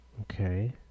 Okay